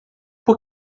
por